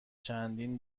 چندین